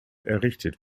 errichtet